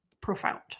profound